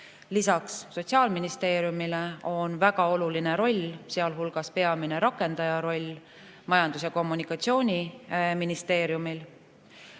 Lisaks Sotsiaalministeeriumile on väga oluline roll, sealhulgas peamise rakendaja roll Majandus- ja Kommunikatsiooniministeeriumil.